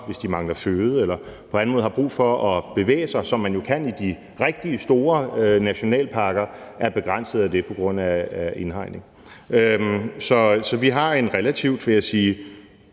hvis de mangler føde eller på anden måde har brug for at bevæge sig, som de jo kan i de rigtig store nationalparker, er begrænset af det på grund af indhegning. Så jeg vil sige,